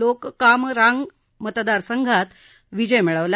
लोक काम रांग मतदारसंघात विजय मिळावला